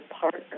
partner